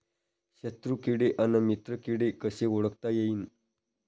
शत्रु किडे अन मित्र किडे कसे ओळखता येईन?